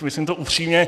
Myslím to upřímně.